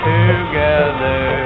together